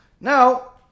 now